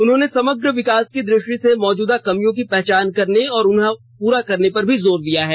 उन्होंने समग्र विकास की दृष्टि से मौजूदा कमियों की पहचान करने और उन्हें पूरा करने पर भी जोर दिया है